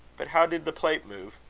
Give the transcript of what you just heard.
but how did the plate move?